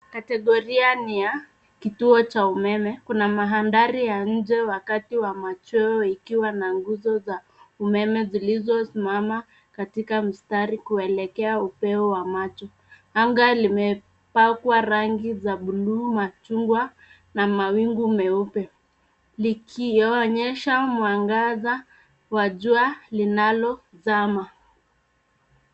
Kategoria ni ya kituo cha umeme. Kuna mandhari ya nje wakati wa machweo ikiwa na nguzo za umeme zilizo simama katika mstari kuelekea upeo wa macho. Anga limepakwa rangi za bluu machungwa na mawingu meupe likionyesha mwangaza wa jua linalozama.